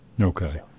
Okay